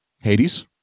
Hades